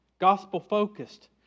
Gospel-focused